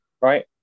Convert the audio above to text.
right